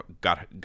got